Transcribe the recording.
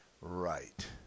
Right